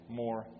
more